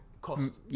cost